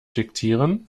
diktieren